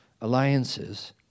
alliances